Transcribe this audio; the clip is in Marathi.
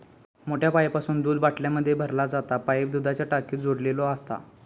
मोठ्या पाईपासून दूध बाटल्यांमध्ये भरला जाता पाईप दुधाच्या टाकीक जोडलेलो असता